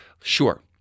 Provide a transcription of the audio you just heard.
Sure